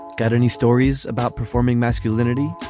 got any stories about performing masculinity.